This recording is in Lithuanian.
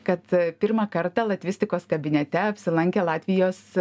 kad pirmą kartą latvistikos kabinete apsilankė latvijos